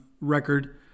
record